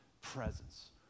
presence